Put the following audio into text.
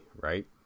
right